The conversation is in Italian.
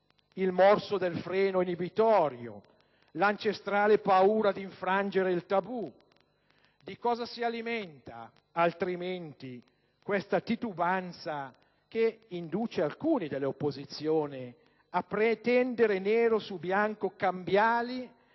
il morso del freno inibitorio, l'ancestrale paura d'infrangere il tabù: di cosa si alimenta, altrimenti, questa titubanza che induce alcuni dell'opposizione a pretendere nero su bianco cambiali,